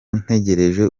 ntegereje